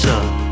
up